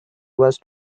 was